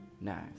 nice